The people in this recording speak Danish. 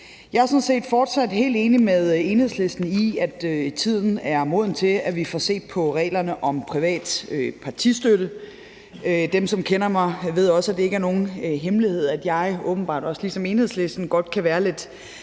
Jeg er sådan set fortsat helt enig med Enhedslisten i, at tiden er moden til, at vi får set på reglerne om privat partistøtte. Dem, som kender mig, ved også, at det ikke er nogen hemmelighed, at jeg – åbenbart ligesom Enhedslisten – godt kan være lidt